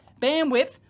bandwidth